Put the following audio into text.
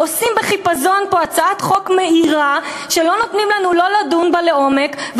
עושים בחיפזון פה הצעת חוק שלא נותנים לנו לדון בה לעומק,